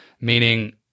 meaning